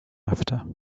after